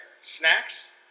Snacks